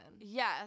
yes